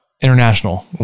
International